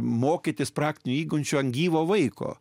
mokytis praktinių įgūdžių ant gyvo vaiko